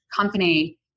company